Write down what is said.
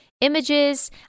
images